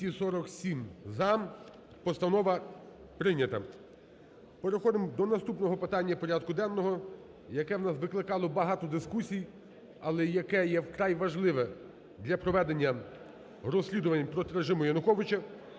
питання порядку денного, яку у нас викликало багато дискусій, але, яке є і вкрай важливе для проведення розслідування проти режиму Януковича